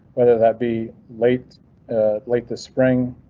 whether that be late late this spring,